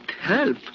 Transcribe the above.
help